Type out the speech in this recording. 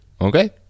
Okay